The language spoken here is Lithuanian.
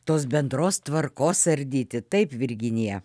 tos bendros tvarkos ardyti taip virginija